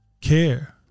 care